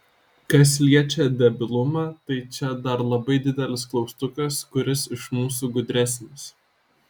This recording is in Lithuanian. kas liečia debilumą tai čia dar labai didelis klaustukas kuris iš mūsų gudresnis